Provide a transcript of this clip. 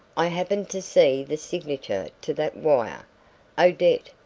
i happened to see the signature to that wire odette,